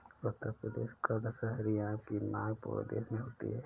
उत्तर प्रदेश का दशहरी आम की मांग पूरे देश में होती है